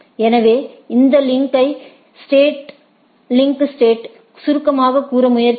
எனவே இந்த லிங்க் ஸ்டேட்ஸ்யை சுருக்கமாகக் கூற முயற்சித்தால்